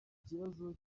kibazo